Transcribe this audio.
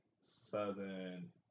southern